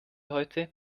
heute